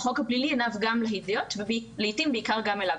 "החוק הפלילי עיניו גם להדיוט ולעתים בעיקר גם אליו".